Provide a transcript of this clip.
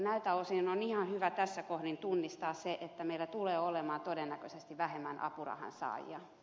näiltä osin on ihan hyvä tässä kohdin tunnistaa se että meillä tulee olemaan todennäköisesti vähemmän apurahansaajia